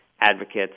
advocates